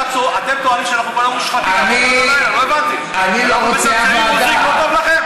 אני לא רוצה אף ועדה.